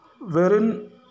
wherein